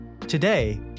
Today